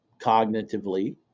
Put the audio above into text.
cognitively